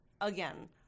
again